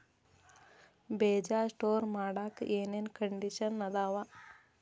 ಬೇಜ ಸ್ಟೋರ್ ಮಾಡಾಕ್ ಏನೇನ್ ಕಂಡಿಷನ್ ಅದಾವ?